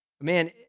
Man